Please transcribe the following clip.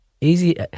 Easy